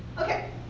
Okay